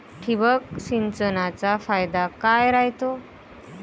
ठिबक सिंचनचा फायदा काय राह्यतो?